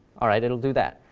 all right, it'll do that.